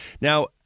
Now